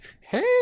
hey